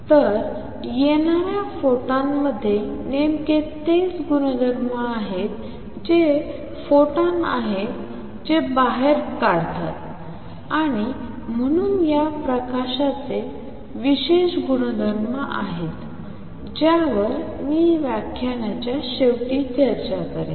तर येणाऱ्या फोटॉनमध्ये नेमके तेच गुणधर्म आहेत जे फोटॉन आहेत जे ते बाहेर काढतात आणि म्हणूनच या प्रकाशाचे विशेष गुणधर्म आहे ज्यावर मी या व्याख्यानाच्या शेवटी चर्चा करेन